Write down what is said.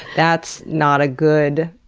that's not a good,